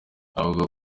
avuga